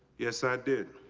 yes, i did.